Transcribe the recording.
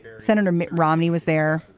senator mitt romney was there.